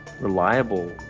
reliable